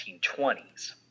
1920s